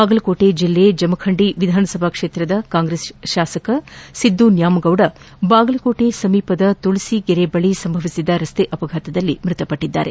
ಬಾಗಲಕೋಟೆ ಜಿಲ್ಲೆ ಜಮಖಂಡಿ ವಿಧಾನಸಭಾ ಕ್ಷೇತ್ರದ ಕಾಂಗ್ರೆಸ್ ಶಾಸಕ ಸಿದ್ದು ನ್ಯಾಮಗೌಡ ಬಾಗಲಕೋಟೆ ಸಮೀಪದ ತುಳಸೀಗೆರೆ ಕ್ರಾಸ್ ಬಳಿ ಸಂಭವಿಸಿದ ರಸ್ತೆ ಅಪಘಾತದಲ್ಲಿ ಮೃತಪಟ್ಟಿದ್ದಾರೆ